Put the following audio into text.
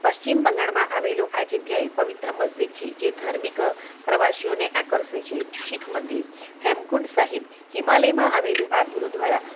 પશ્ચિમ બંગાળમાં આવેલો આ જગ્યાએ પ્રવિત્ર મસ્જિદ છે જે ધાર્મિક પ્રવાસીઓને આકર્ષે છે શીખ મંદિર હેમ કુંડ સાહિબ હિમાલયમાં આવેલું આ ગુરુદ્વારા